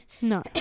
No